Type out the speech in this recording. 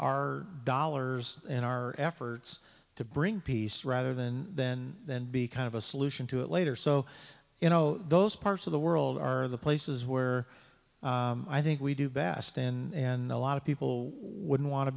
our dollars and our efforts to bring peace rather than then be kind of a solution to it later so you know those parts of the world are the places where i think we do best in a lot of people wouldn't want to